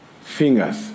fingers